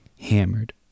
hammered